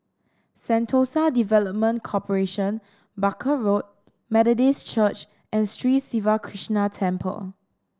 Sentosa Development Corporation Barker Road Methodist Church and Sri Siva Krishna Temple